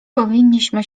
powinniśmy